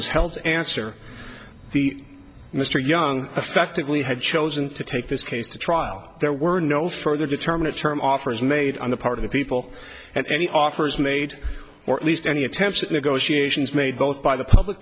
was held answer the mr young effectively had chosen to take this case to trial there were no further determinate term offers made on the part of the people and any offers made or at least any attempts at negotiations made both by the public